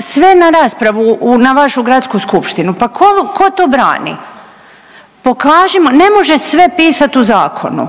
sve na raspravu na vašu gradsku skupštinu, pa tko to brani, pokažimo, ne može sve pisat u zakonu.